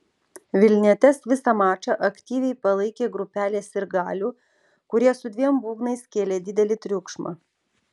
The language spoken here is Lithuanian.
vilnietes visą mačą aktyviai palaikė grupelė sirgalių kurie su dviem būgnais kėlė didelį triukšmą